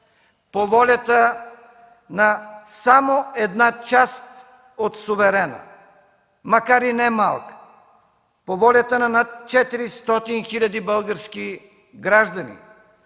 по волята на само една част от суверена, макар и не малка, по волята на над 400 хил. български граждани,